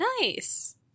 Nice